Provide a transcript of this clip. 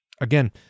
Again